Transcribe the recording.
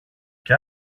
και